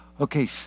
Okay